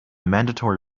mandatory